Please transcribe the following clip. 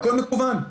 הכול מקוון.